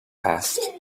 passed